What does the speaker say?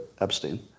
Epstein